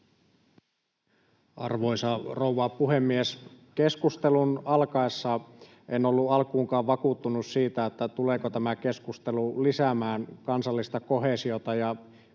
Arvoisa rouva puhemies! Keskustelun alkaessa en ollut alkuunkaan vakuuttunut siitä, tuleeko tämä keskustelu lisäämään kansallista koheesiota